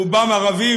רובם ערבים,